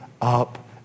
up